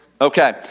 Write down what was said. Okay